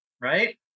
right